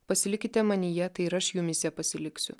pasilikite manyje tai ir aš jumyse pasiliksiu